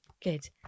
Good